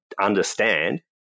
understand